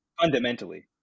fundamentally